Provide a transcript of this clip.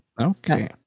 Okay